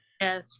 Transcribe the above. Yes